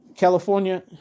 California